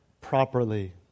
properly